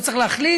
הוא צריך להחליט